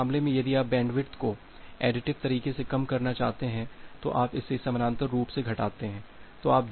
अब इस मामले में यदि आप बैंडविड्थ को एडिटिव तरीके से कम करना चाहते हैं तो आप इसे समानांतर रूप से घटाते हैं